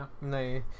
No